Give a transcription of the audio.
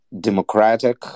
democratic